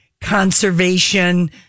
Conservation